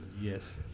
Yes